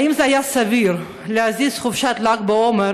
האם זה היה סביר להזיז חופשת ל"ג בעומר